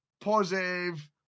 positive